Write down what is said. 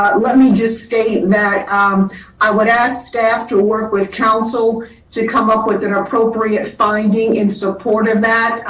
but let me just stay that i would ask staff to work with council to come up with an appropriate finding in support of that.